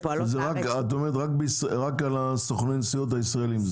את אומרת שזה חל רק על סוכני הנסיעות הישראלים.